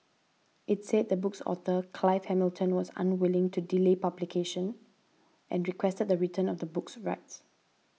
it said the book's author Clive Hamilton was unwilling to delay publication and requested the return of the book's rights